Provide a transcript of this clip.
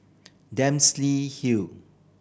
Dempsey Hill